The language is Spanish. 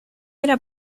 era